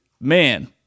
man